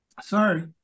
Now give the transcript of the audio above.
Sorry